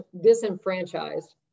disenfranchised